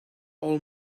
all